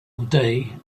day